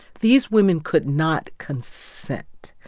these women could not consent.